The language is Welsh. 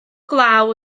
glaw